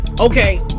okay